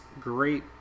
great